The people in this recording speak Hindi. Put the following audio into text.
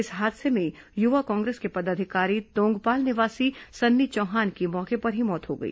इस हादसे में युवा कांग्रेस के पदाधिकारी तोंगपाल निवासी सन्नी चौहान की मौके पर ही मौत हो गई